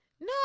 No